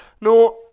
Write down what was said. No